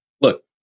Look